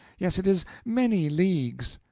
yes, it is many leagues.